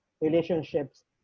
relationships